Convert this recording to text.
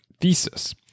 thesis